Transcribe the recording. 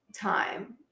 time